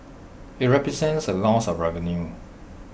IT represents A loss of revenue